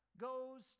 goes